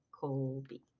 Colby